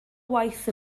waith